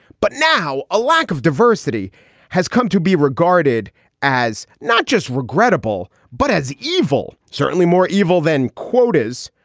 but now a lack of diversity has come to be regarded as not just regrettable, but as evil. certainly more evil than quotas.